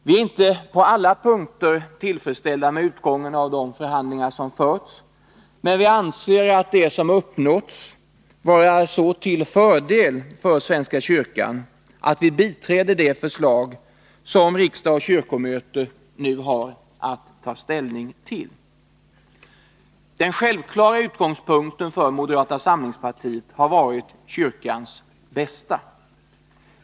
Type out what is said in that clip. Vi är inte på alla punkter Nr 134 tillfredsställda med utgången av de förhandlingar som förts, men vi anser det Torsdagen den som uppnåtts vara till sådan fördel för svenska kyrkan att vi biträder det 29 april 1982 förslag som riksdag och kyrkomöte nu har att ta ställning till. Den självklara utgångspunkten för moderata samlingspartiet har varit kyrkans bästa.